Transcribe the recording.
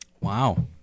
Wow